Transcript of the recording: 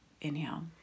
inhale